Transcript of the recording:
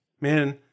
Man